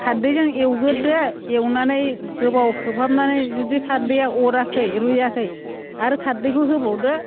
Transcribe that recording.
खारदैजों एवग्रोदो एवनानै गोबाव खोबहाबनानै जुदि खारदैया अराखै रुयाखै आरो खारदैखौ होबावदो